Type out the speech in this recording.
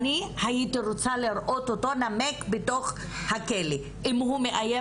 הייתי רוצה לראות אותו נמק בתוך הכלא אם הוא מאיים